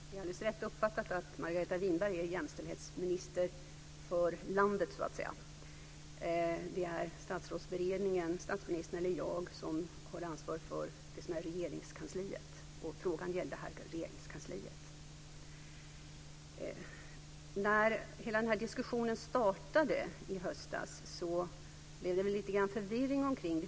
Fru talman! Det är alldeles rätt uppfattat att Margareta Winberg är jämställdhetsminister för landet. Det är Statsrådsberedningen, statsministern eller jag, som har ansvar för det som är Regeringskansliet, och frågan gällde Regeringskansliet. När hela den här diskussionen startade i höstas blev det lite förvirring omkring den.